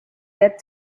get